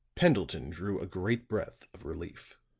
pendleton drew a great breath of relief.